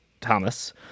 Thomas